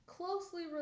Closely